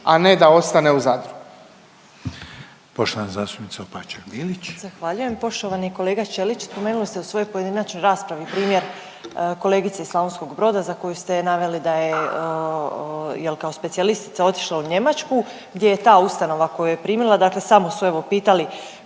**Opačak Bilić, Marina (Nezavisni)** Zahvaljujem. Poštovani kolega Ćelić spomenuli ste u svojoj pojedinačnoj raspravi primjer kolegice iz Slavonskog broda za koju ste naveli da je, jel kao specijalistica otišla u Njemačku gdje je ta ustanova koja ju je primila dakle samo su evo pitali